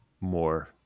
More